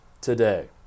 today